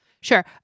Sure